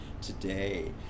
today